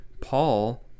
Paul